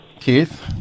Keith